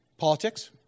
Politics